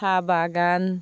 साहा बागान